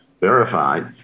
verified